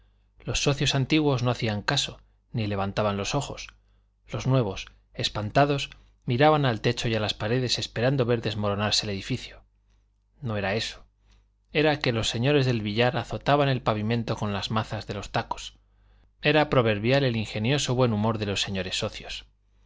los socios antiguos no hacían caso ni levantaban los ojos los nuevos espantados miraban al techo y a las paredes esperando ver desmoronarse el edificio no era eso era que los señores del billar azotaban el pavimento con las mazas de los tacos era proverbial el ingenioso buen humor de los señores socios